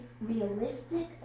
realistic